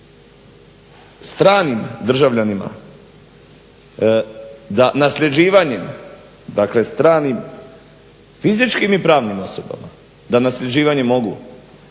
stranim državljanima da nasljeđivanjima, dakle stranim fizičkim i pravnim osobama, da nasljeđivanjem mogu